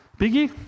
Biggie